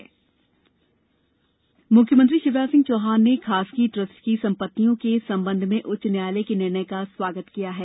CM निर्दे श मुख्यमंत्री शिवराज सिंह चौहान ने खासगी ट्रस्ट की संपत्तियों के संबंध में उच्च न्यायालय के निर्णय का स्वागत किया है